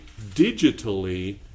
digitally